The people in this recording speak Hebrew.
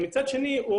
מצד שני,